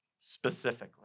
specifically